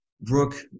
Brooke